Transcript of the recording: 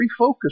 refocus